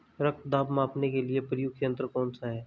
रक्त दाब मापने के लिए प्रयुक्त यंत्र कौन सा है?